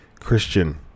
Christian